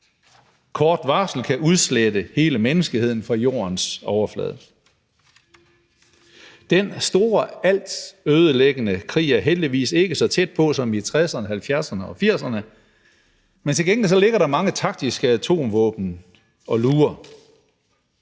kort varsel kan udslette hele menneskeheden fra jordens overflade. Den store og altødelæggende krig er heldigvis ikke så tæt på som i 1960'erne, 1970'erne og 1980'erne, men til gengæld ligger der mange taktiske atomvåben og lurer.